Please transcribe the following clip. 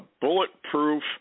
bulletproof